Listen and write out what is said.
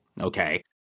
okay